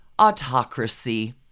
autocracy